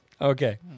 Okay